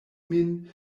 min